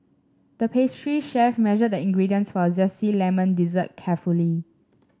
the pastry chef measured the ingredients for a zesty lemon dessert carefully